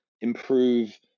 improve